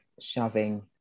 shoving